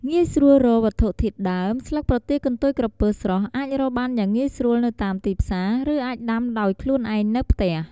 ងាយស្រួលរកវត្ថុធាតុដើម ស្លឹកប្រទាលកន្ទុយក្រពើស្រស់អាចរកបានយ៉ាងងាយស្រួលនៅតាមទីផ្សារ ឬអាចដាំដោយខ្លួនឯងនៅផ្ទះ។